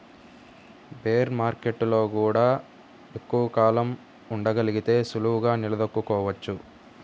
bear మార్కెట్టులో గూడా ఎక్కువ కాలం ఉండగలిగితే సులువుగా నిలదొక్కుకోవచ్చు